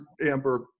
amber